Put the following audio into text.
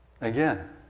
Again